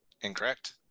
incorrect